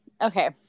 Okay